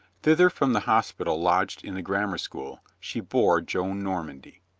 thither from the hospital lodged in the grammar school, she bore joan normandy.